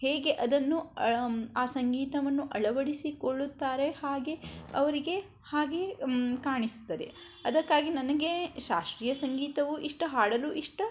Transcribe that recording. ಹೇಗೆ ಅದನ್ನು ಆ ಸಂಗೀತವನ್ನು ಅಳವಡಿಸಿಕೊಳ್ಳುತ್ತಾರೆ ಹಾಗೆ ಅವರಿಗೆ ಹಾಗೆಯೇ ಕಾಣಿಸುತ್ತದೆ ಅದಕ್ಕಾಗಿ ನನಗೆ ಶಾಸ್ತ್ರೀಯ ಸಂಗೀತವು ಇಷ್ಟ ಹಾಡಲೂ ಇಷ್ಟ